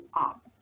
up